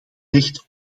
recht